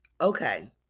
Okay